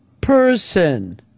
person